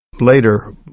later